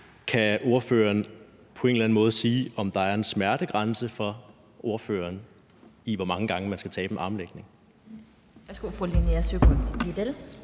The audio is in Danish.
Kan ordføreren på en eller anden måde sige, om der er en smertegrænse hos ordføreren for, hvor mange gange man skal tabe en armlægning?